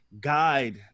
guide